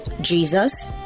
jesus